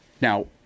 Now